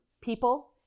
people